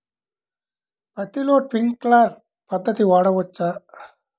పత్తిలో ట్వింక్లర్ పద్ధతి వాడవచ్చా?